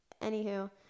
anywho